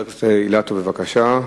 חבר הכנסת אילטוב, בבקשה.